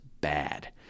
bad